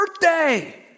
birthday